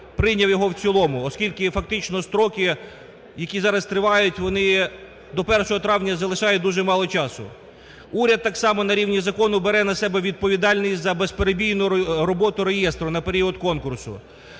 прийняв його в цілому, оскільки фактично строки, які зараз тривають, вони до 1 травня залишають дуже мало часу. Уряд так само на рівні закону бере на себе відповідальність за безперебійну роботу реєстру на період конкурсу.